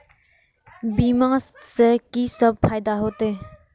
बीमा से की सब फायदा होते?